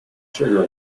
sugar